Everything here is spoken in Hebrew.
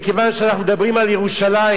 מכיוון שאנחנו מדברים על ירושלים,